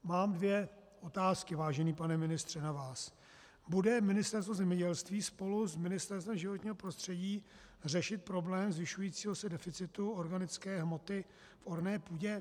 Mám dvě otázky, vážený pane ministře, na vás: Bude Ministerstvo zemědělství spolu s Ministerstvem životního prostředí řešit problém zvyšujícího se deficitu organické hmoty v orné půdě?